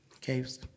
caves